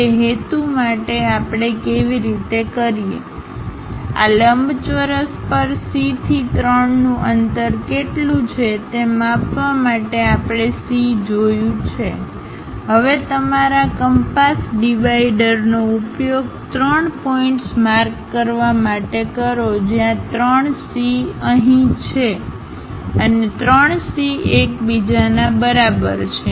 તે હેતુ માટે આપણે કેવી રીતે કરીએ આ લંબચોરસ પર C થી 3 નું અંતર કેટલું છે તે માપવા માટે આપણે C જોયું છે હવે તમારા કંપાસ ડિવાઇડરનો ઉપયોગ ત્રણ પોઇન્ટ્સ માર્ક કરવા માટે કરો જ્યાં 3 C અહીં છે અને 3 C એકબીજાના બરાબર છે